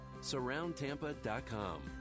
surroundtampa.com